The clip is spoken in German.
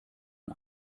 ein